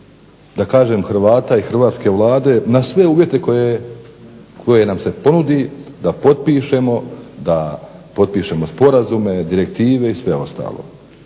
da kažem HRvata i hrvatske Vlade na sve uvjete koje nam se ponude da potpišemo, da potpišemo sporazume, direktive i sve ostalo.